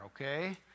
okay